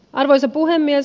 arvoisa puhemies